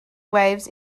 waves